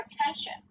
attention